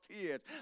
kids